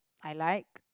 I like